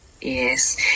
Yes